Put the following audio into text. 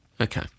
okay